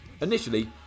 Initially